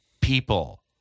people